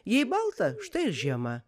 jei balta štai ir žiema